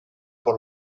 por